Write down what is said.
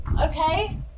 okay